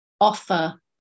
offer